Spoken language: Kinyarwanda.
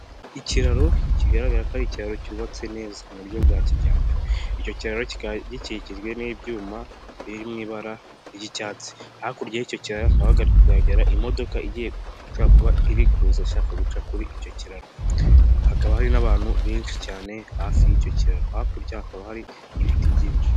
Ikiraro kigaragara ko ari ikiraro cyubatse neza mu buryo bwa kijyambere, icyo kiraro kikaba gikikijwe n'ibyuma biri mu ibara ry'icyatsi, hakurya y'icyo kiraro hakaba hari kugaragara imodoka igiye gucaku iri kuza ashaka guca kuri icyo kiraro hakaba hari n'abantu benshi cyane hafi y'icyo kiraro hakurya hakaba hari ibiti byinshi.